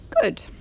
Good